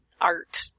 art